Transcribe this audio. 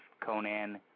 Conan